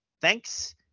Thanks